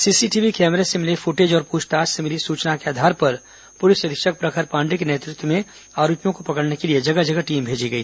CCTV कैमरे से मिले फुटेज और पूछताछ से मिली सूचना के आधार पर पुलिस अधीक्षक प्रखर पांडेय के नेतृत्व में आरोपियों को पकड़ने के लिए जगह जगह टीम भेजी गई